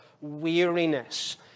weariness